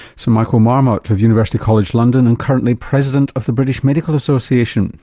sir michael marmot of university college london and currently president of the british medical association